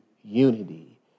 unity